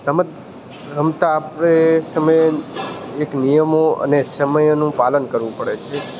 રમત રમતા આપણે એ સમયે એક નિયમો અને સમયોનું પાલન કરવું પડે છે